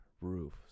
roof